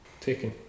taken